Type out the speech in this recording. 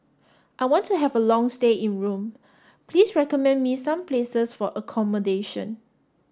I want to have a long stay in Rome please recommend me some places for accommodation